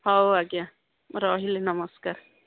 ହଉ ଆଜ୍ଞା ରହିଲି ନମସ୍କାର